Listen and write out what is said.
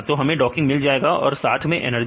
तो हमें डॉकिंग को मिल जाएगा और साथ में एनर्जी